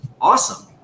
Awesome